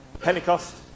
Pentecost